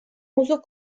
uso